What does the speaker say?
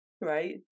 right